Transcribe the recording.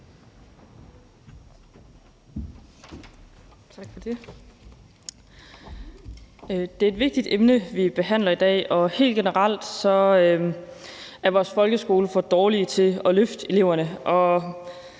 Det er et vigtigt emne, vi behandler i dag, og helt generelt er vores folkeskole for dårlig til at løfte eleverne.